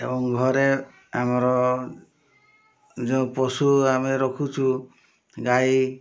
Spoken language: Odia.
ଏବଂ ଘରେ ଆମର ଯେଉଁ ପଶୁ ଆମେ ରଖୁଛୁ ଗାଈ